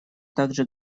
также